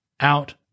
out